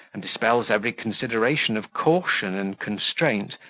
and dispels every consideration of caution and constraint,